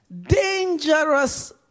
Dangerous